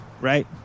right